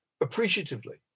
Appreciatively